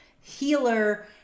healer